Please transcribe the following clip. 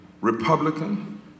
Republican